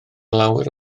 lawer